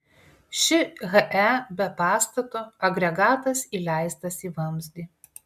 ši he be pastato agregatas įleistas į vamzdį